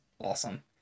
awesome